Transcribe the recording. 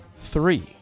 three